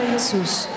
Jesus